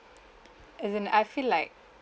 as in I feel like